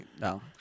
No